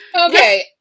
Okay